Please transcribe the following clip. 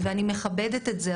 ואני מכבדת את זה,